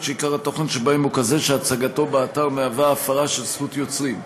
שעיקר התוכן בהם הוא כזה שבהצגתו באתר יש הפרה של זכות יוצרים,